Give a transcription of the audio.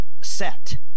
set